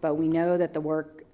but we know that the work